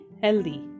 healthy